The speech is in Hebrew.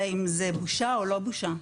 אם ילד התאבד והנשק לא נמצא נעול אתה אחראי.